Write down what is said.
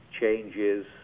changes